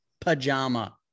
pajama